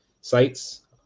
sites